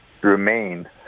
remain